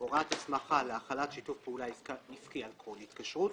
הוראת הסמכה להחלת שיתוף פעולה עסקי על כל התקשרות.